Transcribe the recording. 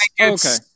Okay